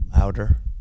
louder